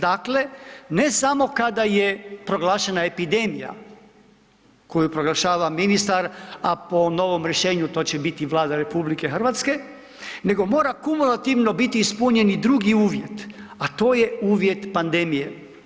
Dakle, ne samo kada je proglašena epidemija koju proglašava ministar, a po novom rješenju to će biti Vlada RH nego mora kumulativno biti ispunjen i drugi uvjet, a to je uvjet pandemije.